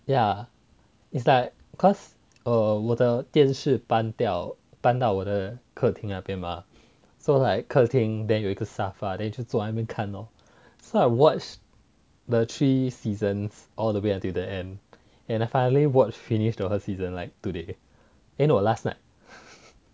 ya it's like cause err 我的电视搬掉搬到我的客厅那边:wo de dian shi ban diao ban dao wo de kea ting na bian mah so like 客厅 then 有一个沙发 then 就坐在那边看 lor so I watch the three seasons all the way until the end and I finally watch finish the whole season like today eh no last night